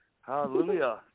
hallelujah